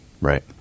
right